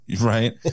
right